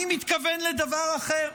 אני מתכוון לדבר אחר.